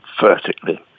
vertically